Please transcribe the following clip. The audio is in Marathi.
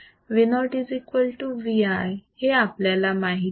VoVi हे आपल्याला माहित आहे